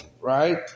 right